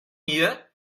mieux